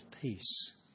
peace